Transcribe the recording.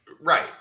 Right